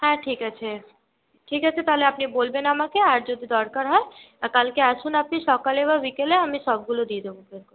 হ্যাঁ ঠিক আছে ঠিক আছে তাহলে আপনি বলবেন আমাকে আর যদি দরকার হয় কালকে আসুন আপনি সকালে বা বিকালে আমি সবগুলো দিয়ে দেব